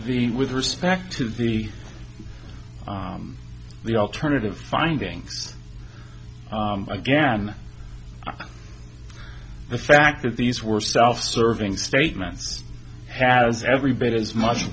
with respect to the the alternative findings again the fact that these were self serving statements has every bit as much